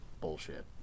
bullshit